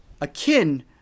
akin